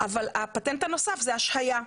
אבל הפטנט הנוסף זה השעיה.